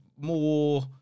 more